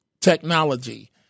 technology